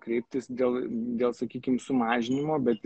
kreiptis dėl dėl sakykim sumažinimo bet